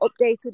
updated